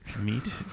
Meat